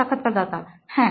সাক্ষাৎকারদাতা হ্যাঁ